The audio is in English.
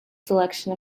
selection